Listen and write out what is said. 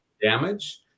damage